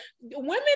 Women